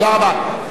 תודה רבה.